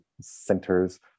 centers